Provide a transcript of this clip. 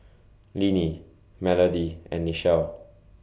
Linnie Melody and Nichelle